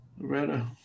Loretta